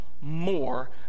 more